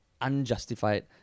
unjustified